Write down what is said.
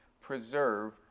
preserve